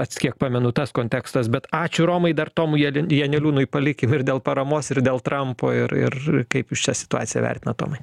pats kiek pamenu tas kontekstas bet ačiū romai dar tomui janeliūnui palikim ir dėl paramos ir dėl trampo ir ir kaip jūs šią situaciją vertinat tomai